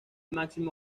máximo